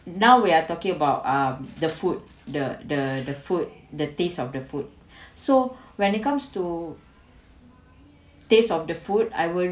now we're talking about uh the food the the the food the taste of the food so when it comes to taste of the food I will